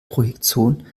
projektion